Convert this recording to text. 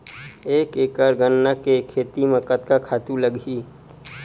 एक एकड़ गन्ना के खेती म कतका खातु लगही?